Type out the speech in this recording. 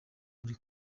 buri